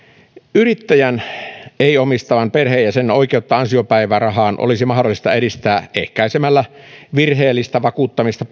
yrittäjän ei omistavan perheenjäsenen oikeutta ansiopäivärahaan olisi mahdollista edistää ehkäisemällä virheellistä vakuuttamista